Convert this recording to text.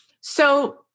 So-